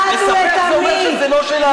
לספח זה אומר שזה לא שלנו.